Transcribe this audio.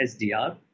SDR